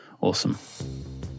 awesome